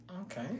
Okay